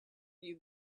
you